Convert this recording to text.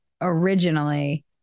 originally